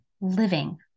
living